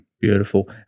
Beautiful